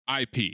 IP